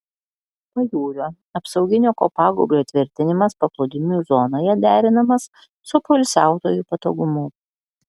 pajūrio apsauginio kopagūbrio tvirtinimas paplūdimių zonoje derinamas su poilsiautojų patogumu